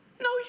No